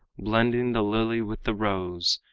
blending the lily with the rose,